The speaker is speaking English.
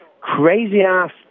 crazy-ass